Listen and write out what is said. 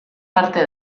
parte